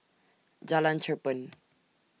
Jalan Cherpen